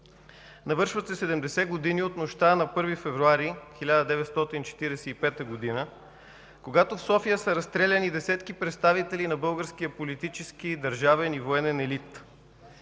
Навършват се 70 години от нощта на 1 февруари 1945 г., когато в София са разстреляни десетки представители на българския политически, държавен и военен елит.